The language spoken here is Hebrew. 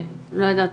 לא יודעת,